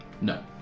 No